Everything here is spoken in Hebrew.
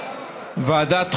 ועדת החוקה,